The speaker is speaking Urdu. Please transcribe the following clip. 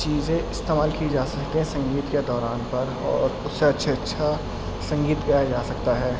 چیزیں استعمال کی جا سکتی ہیں سنگیت کے دوران پر اور اس سے اچھے اچھا سنگیت گایا جا سکتا ہے